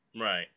right